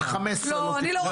מ-2015 לא תיקנו.